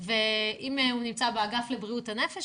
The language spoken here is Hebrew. ואם הוא נמצא באגף לבריאות הנפש,